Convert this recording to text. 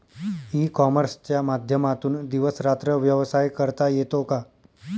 E कॉमर्सच्या माध्यमातून दिवस रात्र व्यवसाय करता येतो का?